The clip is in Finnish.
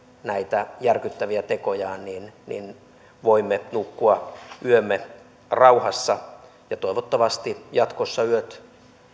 näitä järkyttäviä tekojaan niin niin voimme nukkua yömme rauhassa ja toivottavasti jatkossa yöt